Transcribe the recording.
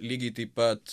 lygiai taip pat